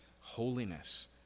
holiness